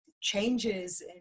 changes